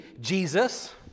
Jesus